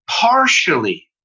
partially